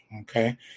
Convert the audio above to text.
Okay